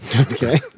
Okay